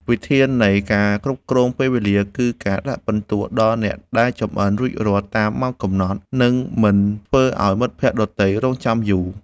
វិធាននៃ ការគ្រប់គ្រងពេលវេលា គឺការដាក់ពិន្ទុដល់អ្នកដែលចម្អិនរួចរាល់តាមម៉ោងកំណត់ និងមិនធ្វើឱ្យមិត្តភក្តិដទៃរង់ចាំយូរ។